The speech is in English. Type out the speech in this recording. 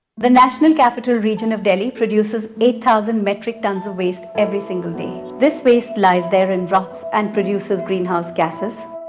the national capital region of delhi produces eight thousand metric tons of waste every single day. this waste lies there and rots and produces greenhouse gases.